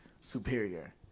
superior